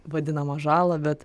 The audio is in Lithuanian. vadinamą žalą bet